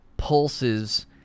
pulses